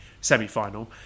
semi-final